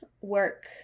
work